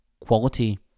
quality